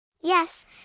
Yes